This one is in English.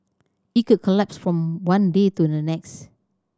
it could collapse from one day to the next